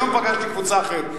היום פגשתי קבוצה אחרת.